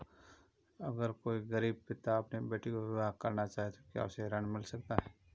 अगर कोई गरीब पिता अपनी बेटी का विवाह करना चाहे तो क्या उसे बैंक से ऋण मिल सकता है?